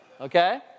okay